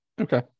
okay